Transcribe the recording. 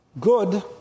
good